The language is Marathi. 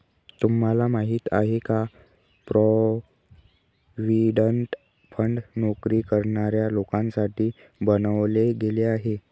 तुम्हाला माहिती आहे का? प्रॉव्हिडंट फंड नोकरी करणाऱ्या लोकांसाठी बनवले गेले आहे